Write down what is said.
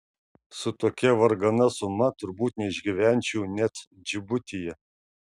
su tokia vargana suma turbūt neišgyvenčiau net džibutyje